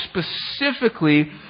specifically